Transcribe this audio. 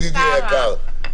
ידידי היקר,